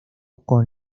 con